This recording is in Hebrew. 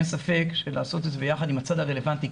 אין ספק שלעשות את זה ביחד עם הצד הרלוונטי,